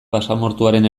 basamortuaren